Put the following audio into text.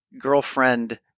girlfriend